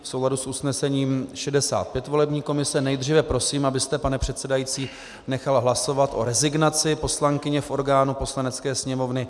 V souladu s usnesením 65 volební komise nejdříve prosím, abyste, pane předsedající, nechal hlasovat o rezignaci poslankyně v orgánu Poslanecké sněmovny.